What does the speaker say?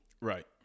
Right